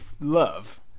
love